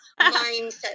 mindset